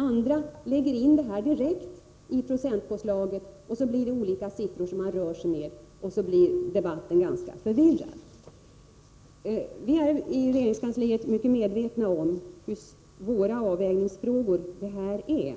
Andra lägger in det här direkt i procentpåsla get, vilket leder till att man rör sig med olika siffror, och så blir debatten ganska förvirrad. Vi äriregeringskansliet väl medvetna om hur svåra avvägningsfrågor detta är.